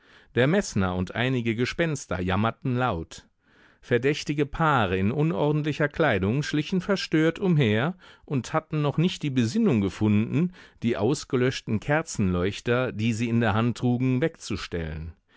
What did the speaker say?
der meßner und einige gespenster jammerten laut verdächtige paare in unordentlicher kleidung schlichen verstört umher und hatten noch nicht die besinnung gefunden die ausgelöschten kerzenleuchter die sie in der hand trugen wegzustellen